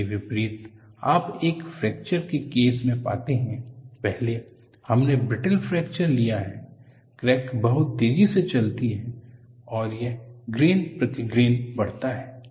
इसके विपरीत आप एक फ्रैक्चर के केस में पाते हैं पहले हमने ब्रिटल फ्रैक्चर लिया है क्रैक बहुत तेजी से चलती है और यह ग्रेन प्रति ग्रेन बढ़ता है